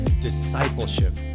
discipleship